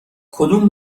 کدوم